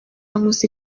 nkusi